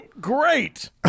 great